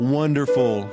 wonderful